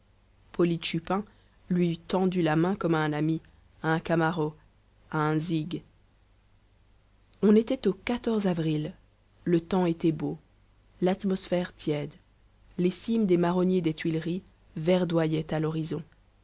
chupin lui eût tendu la main comme à un ami à un camaro à un zig on était au avril le temps était beau l'atmosphère tiède les cimes des marronniers des tuileries verdoyaient à l'horizon